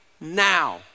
now